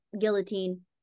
Guillotine